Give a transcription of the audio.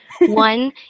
One